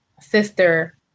Sister